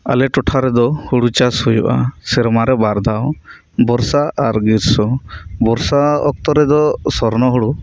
ᱟᱞᱮ ᱴᱚᱴᱷᱟ ᱨᱮᱫᱚ ᱦᱩᱲᱩ ᱪᱟᱥ ᱦᱩᱭᱩᱜ ᱟ ᱥᱮᱨᱢᱟᱨᱮ ᱵᱟᱨᱫᱷᱟᱣ ᱵᱚᱨᱥᱟ ᱟᱨ ᱜᱤᱨᱥᱚ ᱵᱚᱨᱥᱟ ᱚᱠᱛᱚ ᱨᱮᱫᱚ ᱥᱚᱨᱱᱚ ᱦᱩᱲᱩ